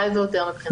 די והותר מבחינתי.